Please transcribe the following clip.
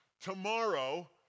tomorrow